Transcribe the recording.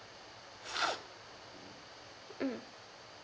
mm